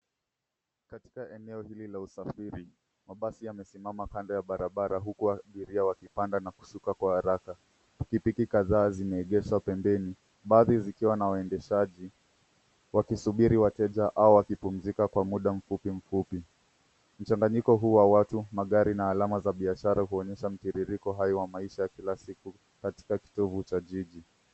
Katika eneo hili la usafiri mabasi yamesimama kando ya barabara huku abiria wakipanda na kushuka kwa haraka. Pikipiki kadhaa zimeegeshwa pembeni baadhi zikiwa na waendeshaji wakisubiri wateja au wakipumzika Kwa muda mfupi mfupi. Mchanganyiko huu wa watu, magari na alama za biashara huonyesha mtiririko hai wa maisha ya kila siku katika kitovu cha jiji.